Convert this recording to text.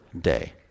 day